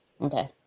Okay